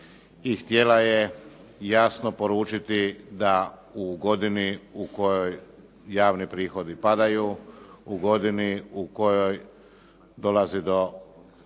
htjela je jasno poručiti da u godini u kojoj javni prihodi padaju, u godini u kojoj dolazi do